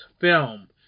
film